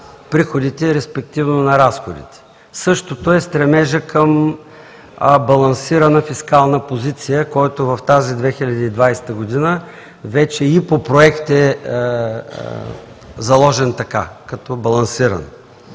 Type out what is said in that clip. приходите, респективно на разходите. Същото е стремежът към балансирана фискална позиция, който в тази 2020 г. вече и по проект е заложен така – като балансиран.